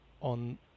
on